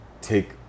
take